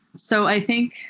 so i think